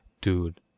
Dude